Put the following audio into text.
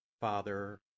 Father